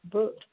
बर